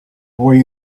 boy